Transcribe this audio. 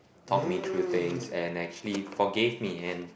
talk me through things and actually forgave me and